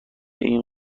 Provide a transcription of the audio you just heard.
این